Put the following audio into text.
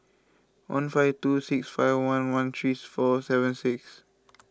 one five two six five one one three four seven six